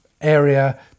area